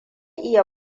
iya